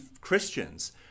Christians